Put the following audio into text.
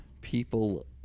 People